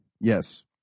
Yes